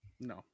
No